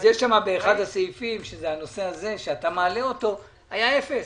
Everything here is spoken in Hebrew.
יש באחד הסעיפים הנושא הזה, היה אפס.